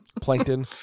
Plankton